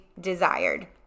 desired